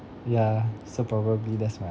yeah so probably that's my